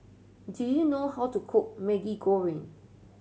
do you know how to cook Maggi Goreng